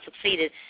succeeded